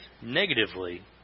negatively